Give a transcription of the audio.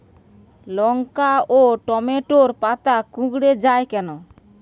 লঙ্কা ও টমেটোর পাতা কুঁকড়ে য়ায় কেন?